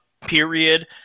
period